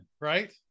right